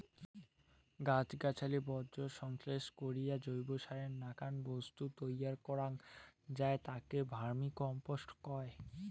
গছ গছালি বর্জ্যক সংশ্লেষ করি জৈবসারের নাকান বস্তু তৈয়ার করাং যাই তাক ভার্মিকম্পোস্ট কয়